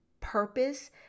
purpose